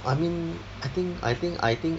I mean I think I think I think